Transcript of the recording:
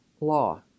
law